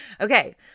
Okay